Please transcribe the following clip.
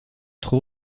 trop